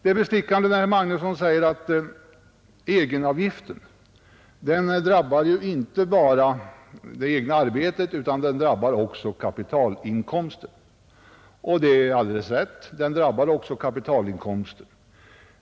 Det är bestickande när herr Magnusson i Borås säger att egenavgiften ju drabbar inte bara det egna arbetet utan också kapitalinkomster. Och det är alldeles rätt: den drabbar också kapitalinkomster.